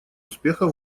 успеха